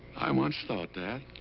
i once thought that.